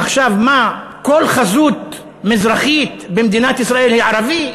עכשיו מה, כל חזות מזרחית במדינת ישראל היא ערבי?